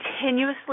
continuously